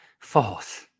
False